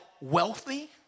wealthy